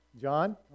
John